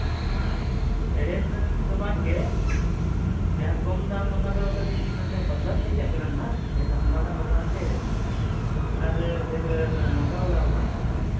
ᱮᱲᱮ ᱫᱚ ᱵᱟᱝᱜᱮ ᱡᱟᱦᱟᱸ ᱠᱚᱢ ᱫᱟᱢ ᱚᱱᱟ ᱫᱚ ᱠᱟᱹᱴᱤᱡ ᱢᱟᱱᱮ ᱯᱟᱛᱞᱟ ᱥᱟᱺᱦᱤᱡᱟᱜ ᱠᱟᱱᱟ ᱱᱟᱜ ᱰᱷᱮᱨ ᱦᱟᱢᱟᱞᱟᱜ ᱦᱚᱸ ᱵᱟᱝᱜᱮ ᱟᱨ ᱰᱷᱮᱨ ᱢᱚᱴᱟ ᱵᱟᱞᱟ ᱦᱚᱸ ᱵᱟᱝ